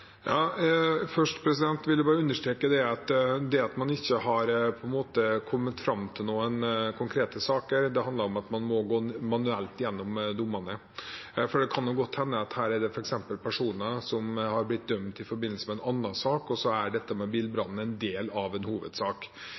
Først vil jeg understreke at når det gjelder at man ikke har kommet fram til noen konkrete saker, så handler det om at man må gå manuelt gjennom dommene, for det kan godt hende at her er det f.eks. personer som har blitt dømt i forbindelse med en annen sak, og så er dette med bilbrannen en del av en hovedsak.